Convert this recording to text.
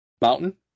Mountain